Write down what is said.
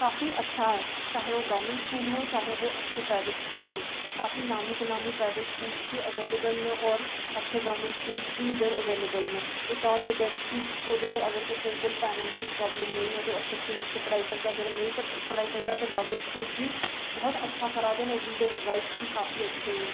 काफी अच्छा ऐ चाहे ओह् गौरमेंट स्कूल होन चाहे ओह् प्राईवेट स्कूल होन काफी नामी प्राईवेट स्कूल बी एबेलएवल न होर काफी गौरमेंट स्कूल बी एबेलएबल न इट्स ऑल डिपेंडस की कोह्दे कोल अगर कुसै कोल फाइनेंनशियल प्रॉब्लम नेंई ऐ ते ओह् प्राईवेट स्कूल च पढ़ाई सकदा ते जेह्दे कोल नेईं ऐ ते ओह् गौरमेंट स्कूल च बी काफी अच्छा करा दे न ते उंदे रिजल्ट बी अच्छे